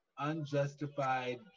unjustified